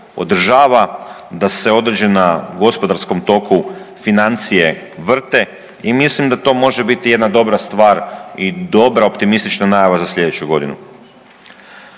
održava, da se određena u gospodarskom toku financije vrte, i mislim da to može biti jedna dobra stvar i dobra optimistična najava za sljedeću godinu.